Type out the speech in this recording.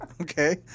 okay